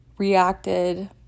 reacted